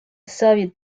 soviet